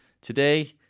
Today